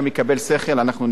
חבר הכנסת הרצוג,